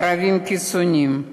ערבים קיצונים.